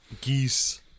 Geese